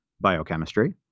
biochemistry